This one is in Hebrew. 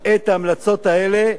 את ההמלצות האלה,